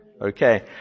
Okay